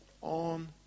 on